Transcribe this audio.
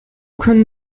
können